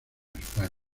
españa